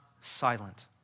silent